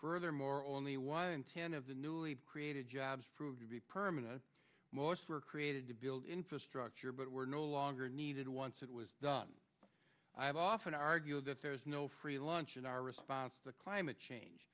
furthermore only one in ten of the newly created jobs proved to be permanent most were created to build infrastructure but were no longer needed once it was done i have often argued that there is no free lunch in our response to climate change